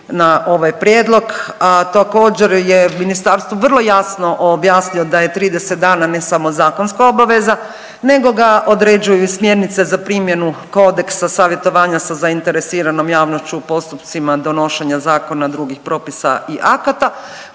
na ovaj prijedlog, a također je Ministarstvo vrlo jasno objasnio da je 30 dana ne samo zakonska obaveza nego ga određuje i Smjernice za primjenu Kodeksa savjetovanja sa zainteresiranom javnošću u postupcima donošenja zakona, drugih propisa i akata,